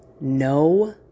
no